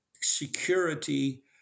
security